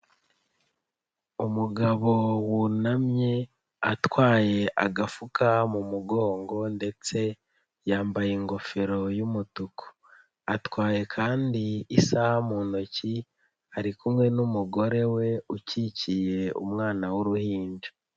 Umugabo wunamye atwaye agafuka mu mugongo ndetse yambaye ingofero y',umutuku atwaye kandi isaha mu ntoki ari kumwe n'umugore we ukikiye umwana w'uruhinja.